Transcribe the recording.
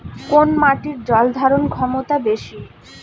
কোন মাটির জল ধারণ ক্ষমতা বেশি?